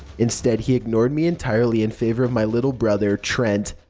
instead, he ignored me entirely in favor of my little brother, trent,